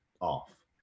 off